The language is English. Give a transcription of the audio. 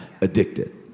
addicted